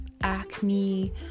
acne